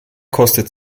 kostet